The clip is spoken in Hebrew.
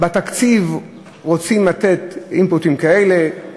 בתקציב רוצים לתת inputs כאלה,